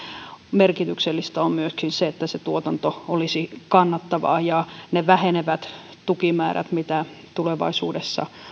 merkityksellistä on myöskin se että se tuotanto olisi kannattavaa ja ne vähenevät tukimäärät mitä tulevaisuudessa